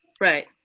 Right